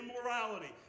immorality